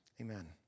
Amen